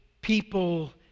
people